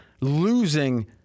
losing